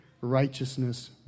righteousness